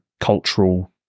cultural